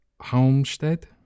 Homestead